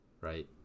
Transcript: right